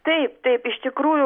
taip taip iš tikrųjų